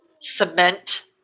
cement